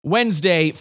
Wednesday